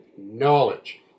knowledge